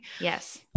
Yes